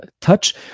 touch